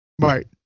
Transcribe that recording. Right